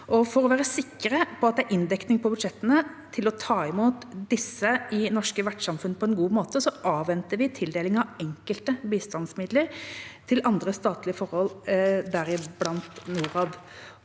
For å være sikre på at det er inndekning på budsjettene til å ta imot disse i norske vertssamfunn på en god måte, avventer vi tildelingen av enkelte bistandsmidler til andre statlige forhold, deriblant til Norad.